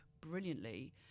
brilliantly